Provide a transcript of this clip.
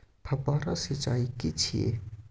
फव्वारा सिंचाई की छिये?